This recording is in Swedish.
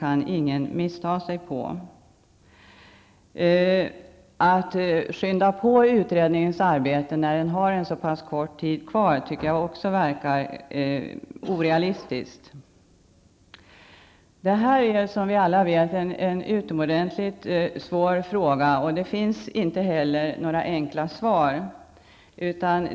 Att påskynda beredningens arbete när det är så pass kort tid kvar tycker jag verkar orealistiskt. Det här är som alla vet en utomordentligt svår fråga. Inte heller finns det några enkla svar.